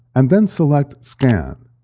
and then select scan.